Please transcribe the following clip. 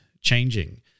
changing